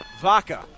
Vaca